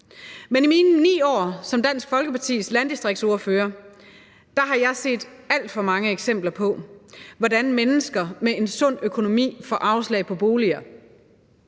Men i mine 9 år som Dansk Folkepartis landdistriktsordfører har jeg set alt for mange eksempler på, hvordan mennesker med en sund økonomi får afslag på boliger: